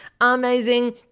amazing